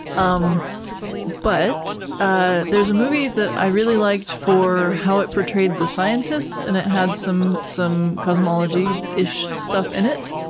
um but ah there's a movie that i really liked for how it portrayed the scientists and it had some some cosmology-ish stuff in it.